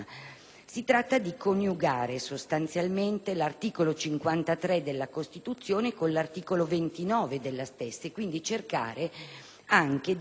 si tratta di coniugare, sostanzialmente, l'articolo 53 della Costituzione con l'articolo 29 della stessa, quindi cercare anche di